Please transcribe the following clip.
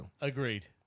Agreed